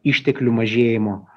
išteklių mažėjimo